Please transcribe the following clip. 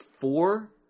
Four